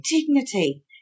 dignity